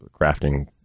crafting